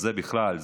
זה בכלל,